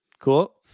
Cool